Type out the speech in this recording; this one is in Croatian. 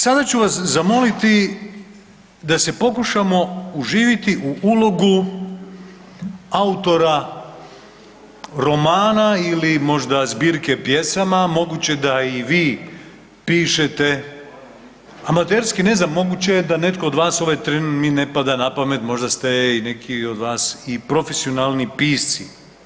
Sada ću vas zamoliti da se pokušamo uživiti u ulogu autora romana ili možda zbirke pjesama, moguće da i vi pišete amaterski, ne znam, moguće da netko od vas, ovaj tren mi ne pada na pamet, možda ste i neki od vas i profesionalni pisci.